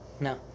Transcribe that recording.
No